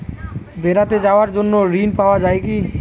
বেড়াতে যাওয়ার জন্য ঋণ পাওয়া যায় কি?